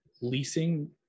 leasing